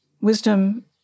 wisdom